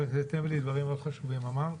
חברת הכנסת אמילי, דברים מאוד חשובים אמרת.